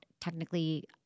technically